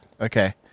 Okay